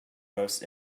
most